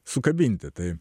sukabinti tai